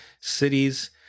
cities